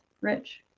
Rich